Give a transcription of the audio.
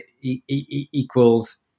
equals